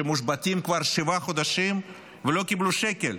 שמושבתים כבר שבעה חודשים ולא קיבלו שקל,